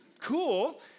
cool